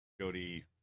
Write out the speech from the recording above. Jody